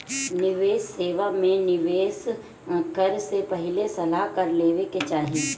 निवेश सेवा में निवेश करे से पहिले सलाह कर लेवे के चाही